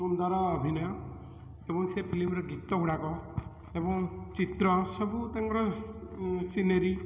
ସୁନ୍ଦର ଅଭିନୟ ଏବଂ ସେ ଫିଲ୍ମର ଗୀତଗୁଡ଼ାକ ଏବଂ ଚିତ୍ର ସବୁ ତାଙ୍କର ସି ସିନେରୀ